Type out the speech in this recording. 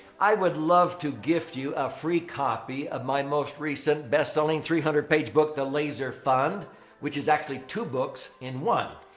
i would love to gift you a free copy of my most recent best-selling, three hundred page book the laser fund which is actually two books in one.